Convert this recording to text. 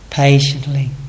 Patiently